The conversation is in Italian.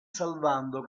salvando